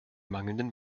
mangelnden